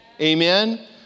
Amen